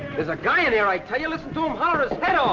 there's a guy in there, i tell you. listen to him holler his